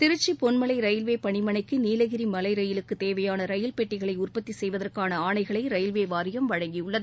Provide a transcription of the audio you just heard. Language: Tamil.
திருச்சி பொன்மலை ரயில்வே பணிமனைக்கு நீலகிரி மலை ரயிலுக்கு தேவையான ரயில் பெட்டிகளை உற்பத்தி செய்வதற்கான ஆணைகளை ரயில்வே வாரியம் வழங்கியுள்ளது